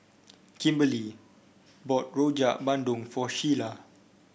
Kimberlie bought Rojak Bandung for Sheila